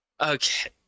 Okay